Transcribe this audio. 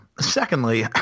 Secondly